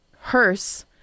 hearse